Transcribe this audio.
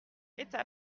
étape